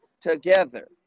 together